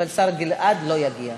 אבל השר גלעד לא יגיע.